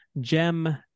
Gem